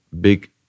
big